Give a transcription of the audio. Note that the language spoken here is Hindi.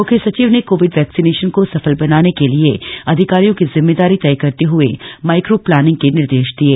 मुख्य सचिव ने कोविड वैक्सीनेशन को सफल बनाने के लिए अधिकारियों की जिम्मेदारी तय करते हए माईक्रो प्लानिंग के निर्देश दिये